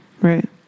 Right